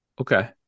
Okay